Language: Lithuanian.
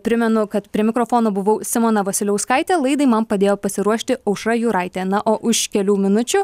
primenu kad prie mikrofono buvau simona vasiliauskaitė laidai man padėjo pasiruošti aušra juraitė na o už kelių minučių